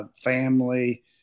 family